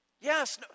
Yes